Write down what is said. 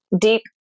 deep